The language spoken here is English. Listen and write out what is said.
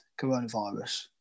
coronavirus